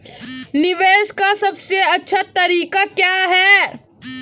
निवेश का सबसे अच्छा तरीका क्या है?